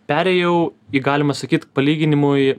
perėjau į galima sakyt palyginimui